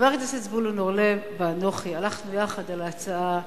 חבר הכנסת זבולון אורלב ואנוכי הלכנו יחד על ההצעה,